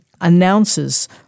announces